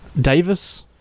Davis